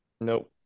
Nope